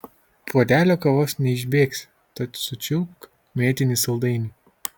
puodelio kavos neišbėgsi tad sučiulpk mėtinį saldainį